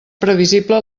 previsible